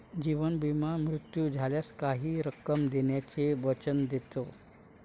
जीवन विमा मृत्यू झाल्यास काही रक्कम देण्याचे वचन देतो